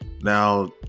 now